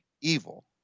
evil